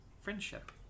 friendship